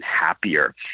happier